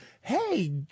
hey